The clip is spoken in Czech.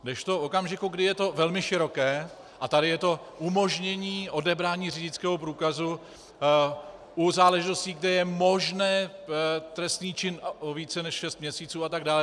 Kdežto v okamžiku, kdy je to velmi široké, a tady je to umožnění odebrání řidičského průkazu u záležitostí, kde je možné... trestný čin o více než šest měsíců a tak dále.